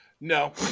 no